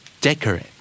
decorate